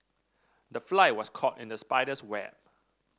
the fly was caught in the spider's web